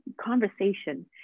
conversation